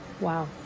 wow